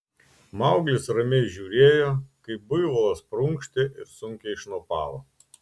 mauglis ramiai žiūrėjo kaip buivolas prunkštė ir sunkiai šnopavo